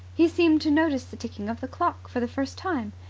he seemed to notice the ticking of the clock for the first time.